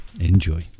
enjoy